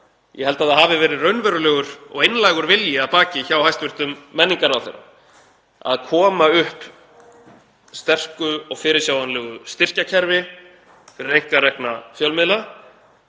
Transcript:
ég held að það hafi verið raunverulegur og einlægur vilji að baki hjá hæstv. menningarráðherra að koma upp sterku og fyrirsjáanlegu styrkjakerfi fyrir einkarekna fjölmiðla,